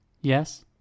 Yes